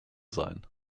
sein